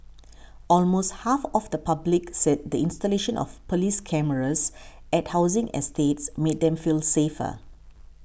almost half of the public said the installation of police cameras at housing estates made them feel safer